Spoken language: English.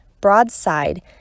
broadside